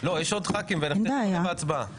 יש עוד חברי כנסת, ואנחנו תכף עוברים להצבעה.